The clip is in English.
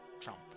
Trump